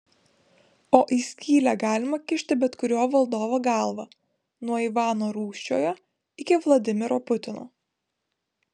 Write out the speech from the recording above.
o į skylę galima kišti bet kurio valdovo galvą nuo ivano rūsčiojo iki vladimiro putino